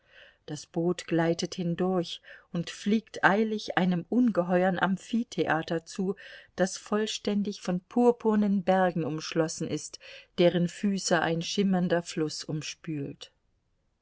das boot gleitet hindurch und fliegt eilig einem ungeheuren amphitheater zu das vollständig von purpurnen bergen umschlossen ist deren füße ein schimmernder fluß umspült